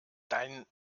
dein